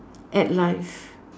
at life